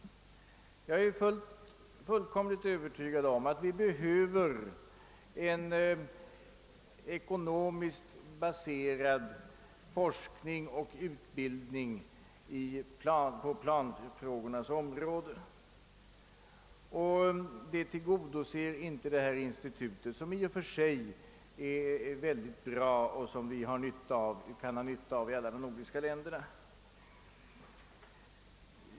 Jag är fullkomligt övertygad om att vi behöver en ekonomiskt baserad forskning och utbildning på planfrågornas område, och det behovet tillgodoser inte detta institut som i och för sig är mycket bra och som vi han ha nytta av i alla de nordiska länderna.